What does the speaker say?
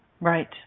Right